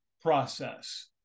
process